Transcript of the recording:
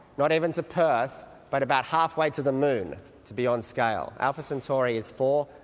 not even to perth, but about halfway to the moon to be on scale. alpha centauri is four.